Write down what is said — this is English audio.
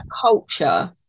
culture